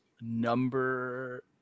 Number